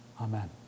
Amen